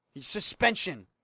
suspension